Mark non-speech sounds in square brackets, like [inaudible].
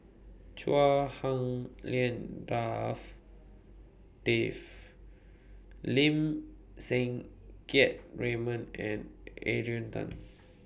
Chua Hak Lien [unintelligible] Dave Lim Siang Keat Raymond and Adrian Tan